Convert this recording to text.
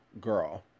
girl